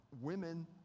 women